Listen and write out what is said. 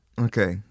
okay